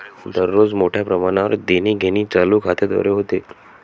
दररोज मोठ्या प्रमाणावर देणीघेणी चालू खात्याद्वारे होते